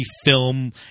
film